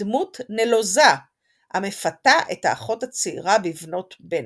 כדמות נלוזה המפתה את האחות הצעירה בבנות בנט.